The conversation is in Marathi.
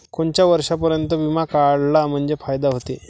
कोनच्या वर्षापर्यंत बिमा काढला म्हंजे फायदा व्हते?